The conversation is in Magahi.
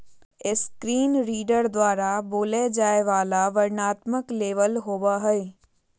स्क्रीन रीडर द्वारा बोलय जाय वला वर्णनात्मक लेबल होबो हइ